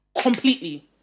Completely